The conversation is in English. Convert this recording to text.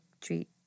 treat